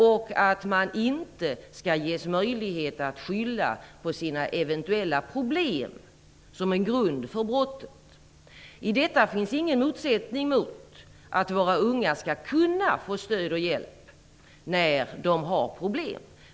Man skall inte ges möjlighet att skylla på sina eventuella problem som en grund för brottet. I detta finns ingen motsättning mot att våra unga skall kunna få stöd och hjälp när de har problem.